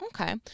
okay